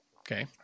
Okay